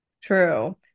True